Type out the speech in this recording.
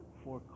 four